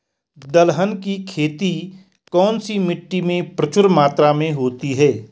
दलहन की खेती कौन सी मिट्टी में प्रचुर मात्रा में होती है?